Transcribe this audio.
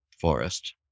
forest